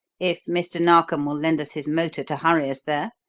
if mr. narkom will lend us his motor to hurry us there?